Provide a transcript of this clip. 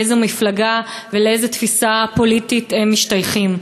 לאיזה תפיסה פוליטית הם משתייכים.